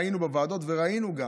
היינו גם בוועדות וראינו: